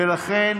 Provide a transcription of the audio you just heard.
ולכן